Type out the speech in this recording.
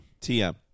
TM